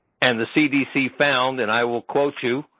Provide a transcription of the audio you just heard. and the cdc found, and i will quote you,